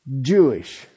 Jewish